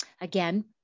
Again